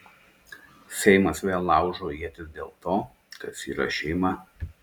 seimas vėl laužo ietis dėl to kas yra šeima